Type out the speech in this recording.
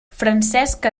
francesc